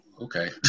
Okay